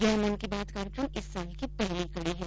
यह मन की बात कार्यक्रम इस साल की पहली कड़ी है